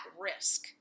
risk